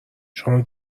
چون